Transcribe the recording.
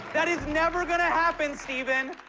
that is never gonna happen, stephen!